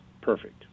perfect